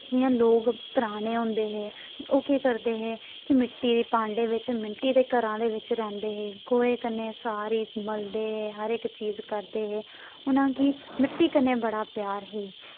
जि'यां लोक पराने होंदे हे ओह् केह् करदे हे कि मिट्टी दे भांडे बिच्च मिट्टी दे घरां दे बिच्च रैंह्दे हे गोहे कन्नै सारी मलदे हर इक चीज करदे हे उनां गी मिट्टी कन्ने बड़ा प्यार ही